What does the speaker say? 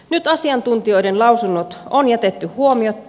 nyt asiantuntijoiden lausunnot on jätetty huomiotta